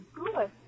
good